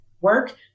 Work